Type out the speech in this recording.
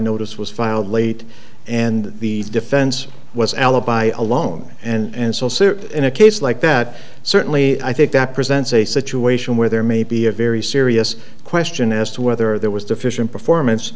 notice was filed late and the defense was alibi alone and so sit in a case like that certainly i think that presents a situation where there may be a very serious question as to whether there was deficient performance